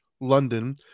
London